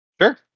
Sure